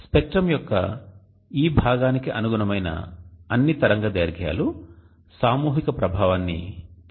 spectrum యొక్క ఈ భాగానికి అనుగుణమైన అన్ని తరంగదైర్ఘ్యాలు సామూహిక క ప్రభావాన్ని తెలియజేస్తాయి